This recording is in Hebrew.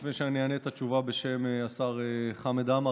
לפני שאני אענה את התשובה בשם השר חמד עמאר,